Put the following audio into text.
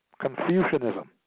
Confucianism